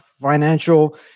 financial